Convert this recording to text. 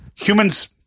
humans